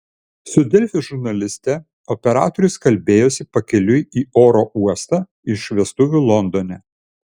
su delfi žurnaliste operatorius kalbėjosi pakeliui į oro uostą iš vestuvių londone